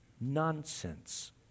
Nonsense